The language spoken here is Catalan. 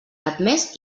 admés